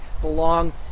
belong